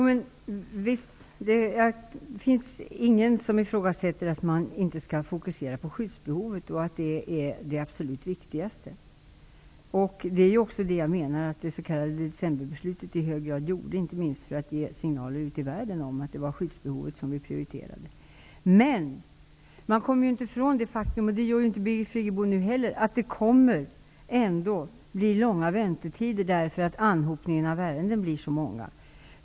Herr talman! Det finns ingen som ifrågasätter att det skall ske en fokusering på skyddsbehovet och att det är viktigast. Jag menar att det s.k. decemberbeslutet i hög grad gällde denna fokusering. Det var inte minst för att ge signaler ut i världen att skyddsbehovet prioriterades. Men Birgit Friggebo kommer inte ifrån det faktum att det kommer ändå att bli långa väntetider då anhopningen av ärenden blir så stor.